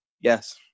Yes